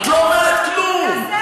את לא אומרת כלום, תעשה אתה.